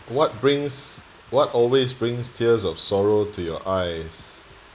what brings what always brings tears of sorrow to your eyes